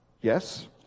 yes